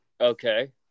Okay